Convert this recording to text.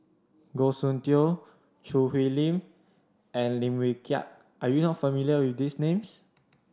Goh Soon Tioe Choo Hwee Lim and Lim Wee Kiak are you not familiar with these names